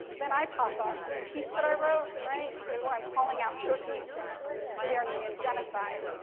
then i pop up, and the piece that i wrote, right, is where i'm calling out turkey for the armenian genocide.